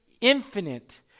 infinite